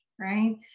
right